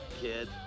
Kid